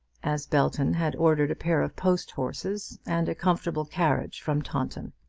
as belton had ordered a pair of post-horses and a comfortable carriage from taunton.